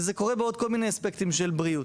וזה קורה בכל מיני אספקטים של בריאות.